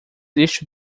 isto